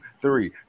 Three